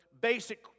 basic